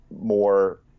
more